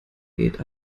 diät